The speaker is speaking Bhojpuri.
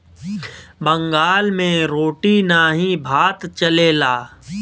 बंगाल मे रोटी नाही भात चलेला